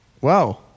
Wow